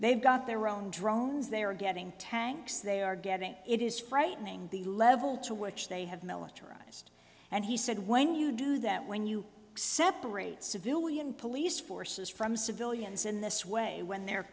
they've got their own drones they are getting tanks they are getting it is frightening the level to which they have militarized and he said when you do that when you separate civilian police forces from civilians in this way when they're